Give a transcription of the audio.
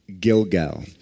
Gilgal